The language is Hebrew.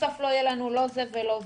בסוף לא יהיה לנו לא זה ולא זה.